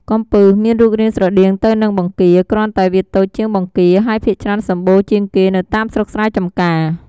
កំពឹសមានរូបរាងស្រដៀងទៅនឹងបង្គា គ្រាន់តែវាតូចជាងបង្គាហើយភាគច្រើនសំបូរជាងគេនៅតាមស្រុកស្រែចម្ការ។